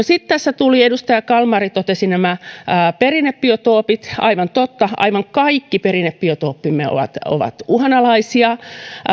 sitten edustaja kalmari totesi nämä perinnebiotoopit aivan totta aivan kaikki perinnebiotooppimme ovat ovat uhanalaisia